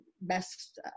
best